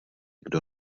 kdo